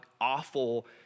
awful